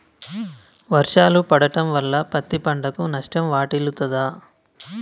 వర్షాలు పడటం వల్ల పత్తి పంటకు నష్టం వాటిల్లుతదా?